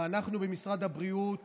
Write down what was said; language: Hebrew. ואנחנו במשרד הבריאות